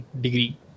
degree